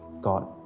God